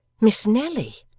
miss nelly!